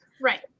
Right